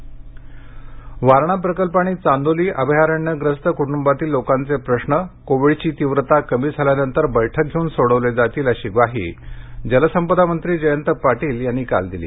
प्रकल्पग्रस्त वारणा प्रकल्प आणि चांदोली अभयारण्यग्रस्त कुटुंबातील लोकांचे प्रश्न कोविडची तीव्रता कमी झाल्यानंतर बैठक घेऊन सोडवले जातील अशी ग्वाही जलसंपदा मंत्री जयंत पाटील यांनी काल दिली